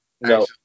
No